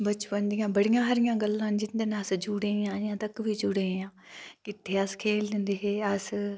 बचपन दियां बड़ी सारी गल्लां न जिंदे नै अस जुडे़ दे न किट्ठे अस खेढदे हे